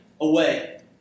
away